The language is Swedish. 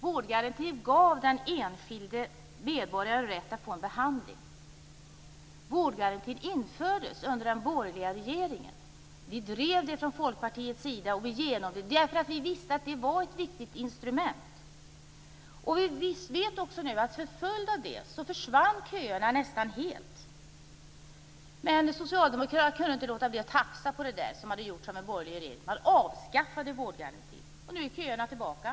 Vårdgarantin gav den enskilde medborgaren rätten att få en behandling. Vårdgarantin infördes under den borgerliga regeringen. Vi drev den från Folkpartiets sida, och vi genomförde den därför att vi visste att det var ett viktigt instrument. Vi vet också att som en följd därav försvann köerna nästan helt. Men socialdemokraterna kunde inte låta bli att tafsa på det som hade gjorts av den borgerliga regeringen. Man avskaffade vårdgarantin. Nu är köerna tillbaka.